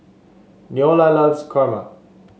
Neola loves kurma